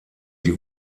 die